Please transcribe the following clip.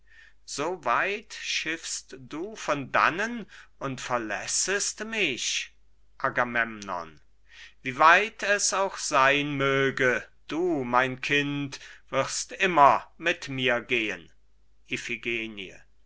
so weit schiffst du von dannen und verlässest mich agamemnon wie weit es auch sein möge du mein kind wirst immer mit mir gehen